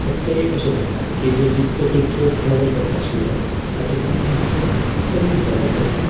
फक्त एक अशें घडटा जितलो तूं ट्रेवल करताशिल्लो तातूंतल्यान तूं मातशें कमी ट्रेवल करता